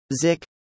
Zick